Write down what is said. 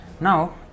Now